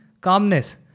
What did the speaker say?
Calmness